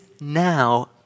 now